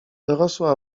dorosła